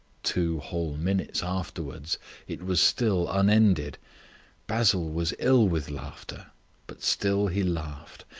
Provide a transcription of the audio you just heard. two whole minutes afterwards it was still unended basil was ill with laughter but still he laughed.